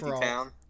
town